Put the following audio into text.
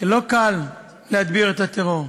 שלא קל להדביר את הטרור.